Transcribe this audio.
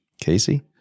Casey